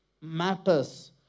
matters